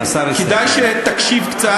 כדאי שתקשיב קצת.